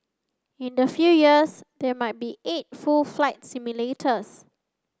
in a few years there may be eight full flight simulators